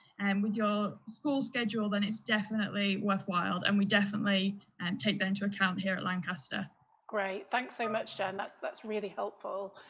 and with your school schedule, then it's definitely worthwhile and we definitely and take that into account here at lancaster? cat great. thanks so much, jen, that's that's really helpful.